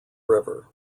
river